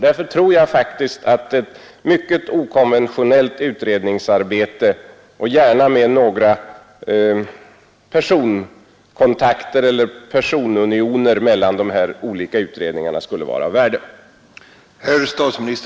Därför tror jag faktiskt att ett mycket okonventionellt utredningsarbete — gärna med några personkontakter eller personunioner mellan de här olika utredningarna — skulle vara av värde.